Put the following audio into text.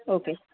okay